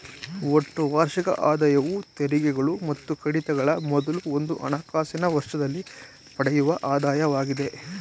ಒಟ್ಟು ವಾರ್ಷಿಕ ಆದಾಯವು ತೆರಿಗೆಗಳು ಮತ್ತು ಕಡಿತಗಳ ಮೊದಲು ಒಂದು ಹಣಕಾಸಿನ ವರ್ಷದಲ್ಲಿ ಪಡೆಯುವ ಆದಾಯವಾಗಿದೆ